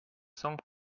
cents